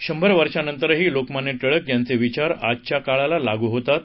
शंभर वर्षांनंतरही लोकमान्य टिळक यांचे विचार आजच्या काळाला लागू होतात